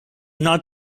not